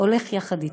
הולך יחד אתי.